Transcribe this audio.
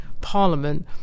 parliament